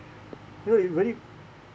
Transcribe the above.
you know you very